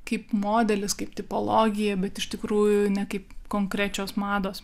kaip modelis kaip tipologija bet iš tikrųjų ne kaip konkrečios mados